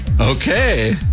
Okay